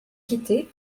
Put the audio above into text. quitter